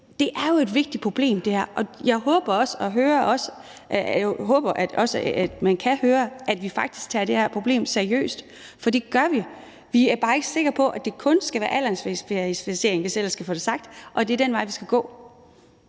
her er jo et vigtigt problem, og jeg håber også, man kan høre, at vi faktisk tager det her problem seriøst, for det gør vi. Vi er bare ikke sikre på, at det kun skal være aldersverificering, hvis jeg ellers kan få det sagt, altså at det er den vej, vi skal gå.